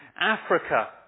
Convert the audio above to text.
Africa